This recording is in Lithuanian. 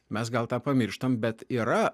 mes gal tą pamirštam bet yra